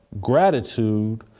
gratitude